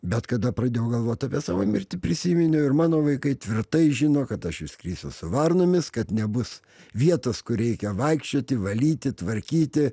bet kada pradėjau galvot apie savo mirtį prisiminiau ir mano vaikai tvirtai žino kad aš išskrisiu su varnomis kad nebus vietos kur reikia vaikščioti valyti tvarkyti